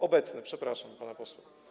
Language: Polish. Obecny, przepraszam pana posła.